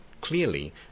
clearly